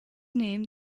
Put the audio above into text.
named